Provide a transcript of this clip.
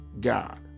God